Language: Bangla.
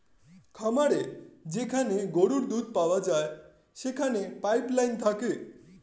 খামারে যেখানে গরুর দুধ পাওয়া যায় সেখানে পাইপ লাইন থাকে